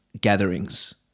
gatherings